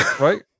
Right